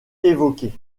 évoqué